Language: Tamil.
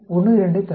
12ஐத் தரும்